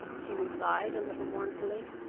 she replied, a little mournfully.